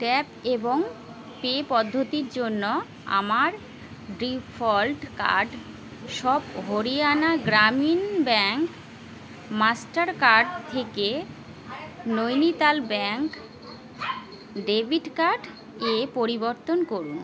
tap এবং pay পদ্ধতির জন্য আমার ডিফল্ট কার্ড সব Haryana Gramin bank Mastercard থেকে নৈনিতাল ব্যাংক ডেবিট কার্ডে পরিবর্তন করুন